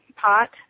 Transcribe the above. pot